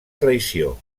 traïció